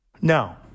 No